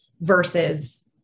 versus